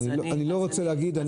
ואני לא רוצה להגיד,